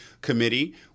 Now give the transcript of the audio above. committee